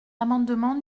amendement